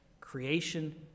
creation